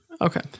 okay